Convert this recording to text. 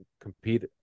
compete